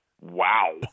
wow